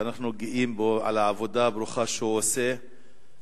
שאנחנו גאים בו על העבודה הברוכה שהוא עושה,